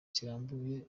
kirambuye